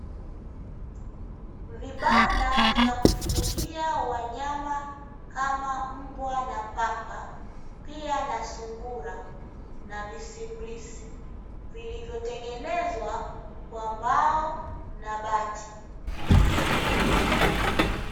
Vibanda vya kufugia wanyama kama: mbwa na paka, pia na sungura na visimbilisi, vilivyotengenezwa kwa mbao na bati.